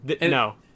No